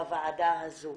בוועדה הזו,